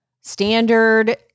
standard